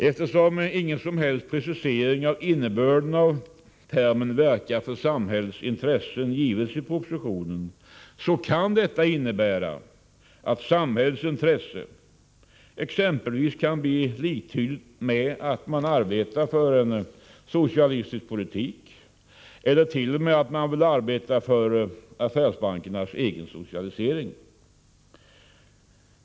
Eftersom ingen som helst precisering av innebörden i termen ”verka för samhällets intressen” givits i propositionen, kan detta innebära att samhällets intressen exempelvis blir liktydigt med att man arbetar för en socialistisk politik eller t.o.m. att man vill arbeta för affärsbankernas egen socialisering.